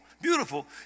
beautiful